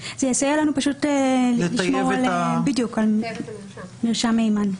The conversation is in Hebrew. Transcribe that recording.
זה יסייע לנו לשמור על מרשם מהימן.